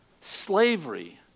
Slavery